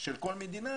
של כל מדינה